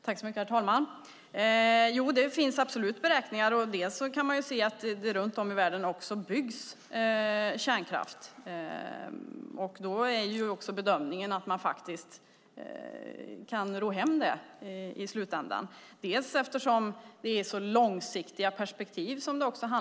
Herr talman! Det finns absolut beräkningar. Man kan se att det runt om i världen byggs kärnkraft. Bedömningen är att man kan ro hem det. Nybyggnation av kärnkraft handlar om långsiktiga perspektiv.